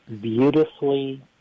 beautifully